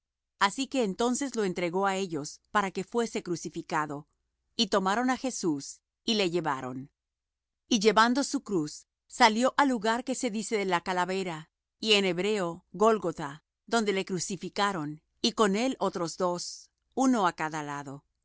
así que entonces lo entregó á ellos para que fuese crucificado y tomaron á jesús y le llevaron y llevando su cruz salió al lugar que se dice de la calavera y en hebreo gólgotha donde le crucificaron y con él otros dos uno á cada lado